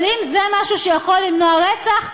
אבל אם זה משהו שיכול למנוע רצח,